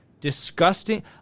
disgusting